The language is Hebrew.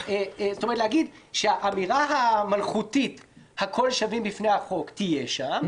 להגיד שהאמירה המלכותית "הכול שווים בפני החוק" תהיה שם,